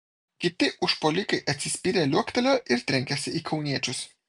kiti užpuolikai atsispyrę liuoktelėjo ir trenkėsi į kauniečius